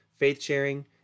faith-sharing